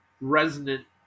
resonant